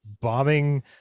bombing